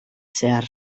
zehar